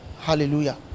Hallelujah